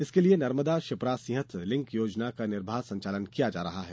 इसके लिये नर्मदा क्षिप्रा सिंहस्थ लिंक योजना का निर्बाध संचालन किया जा रहा है